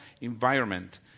environment